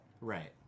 Right